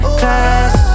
class